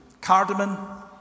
cardamom